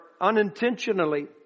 unintentionally